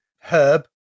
herb